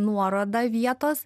nuorodą vietos